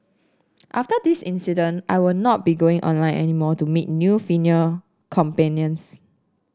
after this incident I will not be going online any more to meet new female companions